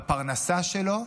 בפרנסה שלו,